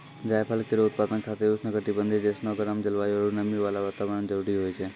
जायफल केरो उत्पादन खातिर उष्ण कटिबंधीय जैसनो गरम जलवायु आरु नमी वाला वातावरण जरूरी होय छै